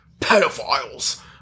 pedophiles